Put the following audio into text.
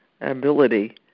ability